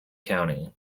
county